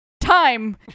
time